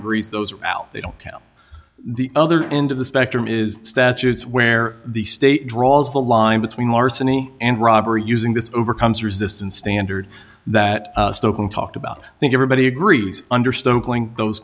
agrees those out they don't count the other end of the spectrum is statutes where the state draws the line between larceny and robbery using this overcomes resistance standard that talked about i think everybody agrees understand pulling those